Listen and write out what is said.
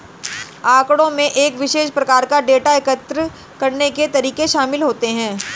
आँकड़ों में एक विशेष प्रकार का डेटा एकत्र करने के तरीके शामिल होते हैं